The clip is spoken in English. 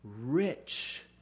rich